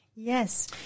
Yes